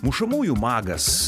mušamųjų magas